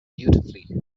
beautifully